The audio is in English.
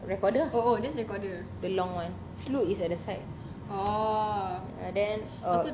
recorder ah the long one flute is at the side ha then uh